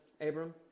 Abram